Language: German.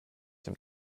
dem